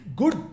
good